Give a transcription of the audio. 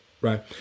right